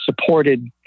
supported